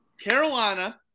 Carolina –